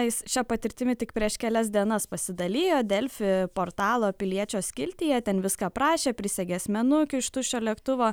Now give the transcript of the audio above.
jis šia patirtimi tik prieš kelias dienas pasidalijo delfi portalo piliečio skiltyje ten viską aprašė prisegė asmenukių iš tuščio lėktuvo